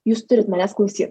jūs turit manęs klausyt